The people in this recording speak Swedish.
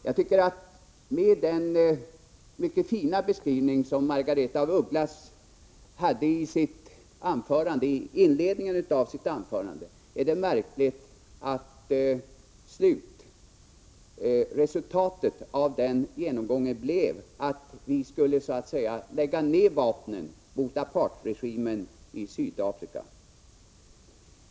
Med hänsyn till den mycket fina beskrivning som Margaretha af Ugglas gjorde i inledningen av sitt anförande, är det märkligt att slutresultatet av den genomgången blev att vi skulle så att säga lägga ned vapnen mot apartheidregimen i Sydafrika.